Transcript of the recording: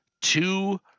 two